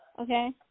Okay